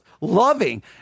loving